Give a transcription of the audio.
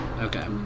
Okay